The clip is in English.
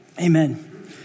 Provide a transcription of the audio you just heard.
Amen